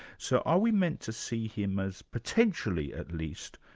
so are we meant to see him as potentially at least,